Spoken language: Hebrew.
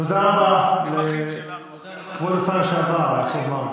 תודה רבה לכבוד השר לשעבר יעקב מרגי.